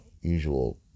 usual